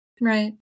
Right